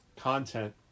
content